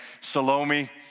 Salome